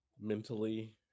mentally